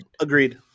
Agreed